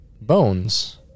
Bones